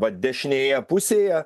va dešinėje pusėje